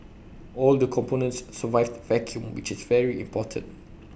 all the components survived vacuum which's very important